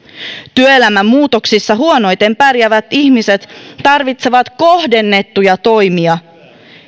työelämän muutoksissa huonoiten pärjäävät ihmiset tarvitsevat kohdennettuja toimia